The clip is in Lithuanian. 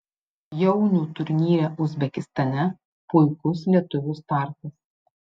jaunių turnyre uzbekistane puikus lietuvių startas